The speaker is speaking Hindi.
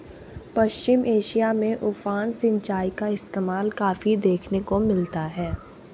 पश्चिम एशिया में उफान सिंचाई का इस्तेमाल काफी देखने को मिलता है